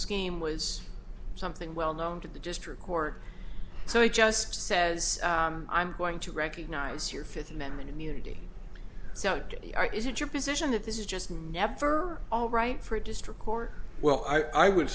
scheme was something well known to the district court so he just says i'm going to recognize your fifth amendment immunity so is it your position that this is just never all right for a district court well i would